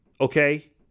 Okay